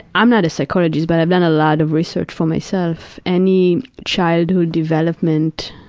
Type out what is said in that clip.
i'm not a psychologist but i've done a lot of research for myself, any childhood development